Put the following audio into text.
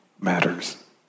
matters